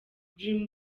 dream